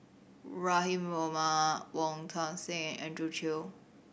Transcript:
Rahim Omar Wong Tuang Seng and Andrew Chew